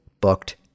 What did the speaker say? booked